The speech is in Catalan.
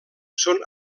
són